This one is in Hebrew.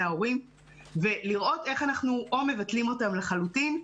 ההורים ולראות איך אנחנו מבטלים אותם לחלוטין,